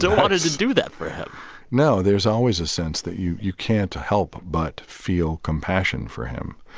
so wanted to do that for him no. there's always a sense that you you can't help but feel compassion for him.